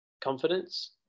confidence